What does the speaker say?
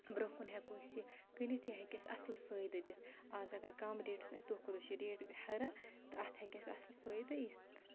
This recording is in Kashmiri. برونٛہہ کُن ہٮ۪کو أسۍ یہِ کٔنِتھ یہِ ہیٚکہِ اَسہِ اَصٕل فٲیِدٕ دِتھ اَز اگر کَم ریٹَس آسہِ دۄہ کھۄ دۄہ چھِ ریٹ ہُران تہٕ اَتھ ہیٚکہِ اَسہِ اَصٕل فٲیِدٕ یِتھ تہٕ